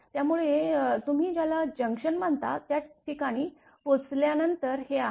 त्यामुळे तुम्ही ज्याला जंक्शन म्हणता त्या ठिकाणी पोहोचल्या नंतर हे आहे